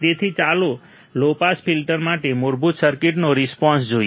તેથી ચાલો low pass filter માટે મૂળભૂત ફિલ્ટરનો રિસ્પોન્સ જોઈએ